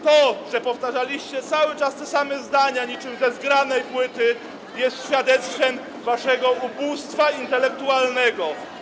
To, że powtarzaliście cały czas te same zdania, niczym ze zgranej płyty, jest świadectwem waszego ubóstwa intelektualnego.